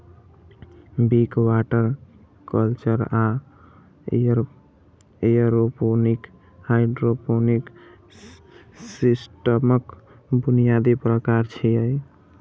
Wick, water culture आ aeroponic hydroponic सिस्टमक बुनियादी प्रकार छियै